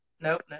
nope